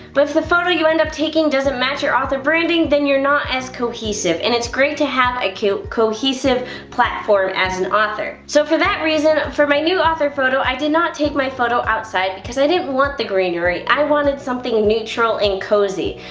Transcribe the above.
but if the photo you end up taking doesn't match your author branding then you're not as cohesive and it's great to have a cohesive platform as an author. so for that reason for my new author photo i did not take my photo outside because i didn't want the greenery i wanted something and neutral and cozy.